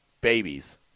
babies